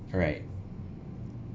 alright